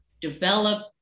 develop